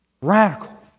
Radical